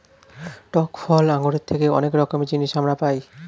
টক ফল আঙ্গুরের থেকে অনেক রকমের জিনিস আমরা পাই